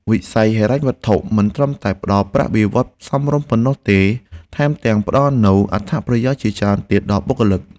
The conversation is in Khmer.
វិស័យហិរញ្ញវត្ថុមិនត្រឹមតែផ្តល់ប្រាក់បៀវត្សរ៍សមរម្យប៉ុណ្ណោះទេថែមទាំងផ្តល់នូវអត្ថប្រយោជន៍ជាច្រើនទៀតដល់បុគ្គលិក។